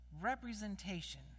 representation